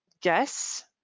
guess